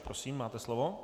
Prosím, máte slovo.